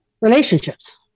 Relationships